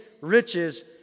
riches